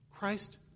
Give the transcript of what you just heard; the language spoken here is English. Christ